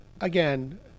again